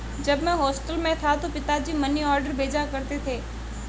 जब मैं हॉस्टल में था तो पिताजी मनीऑर्डर भेजा करते थे